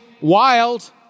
wild